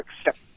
accept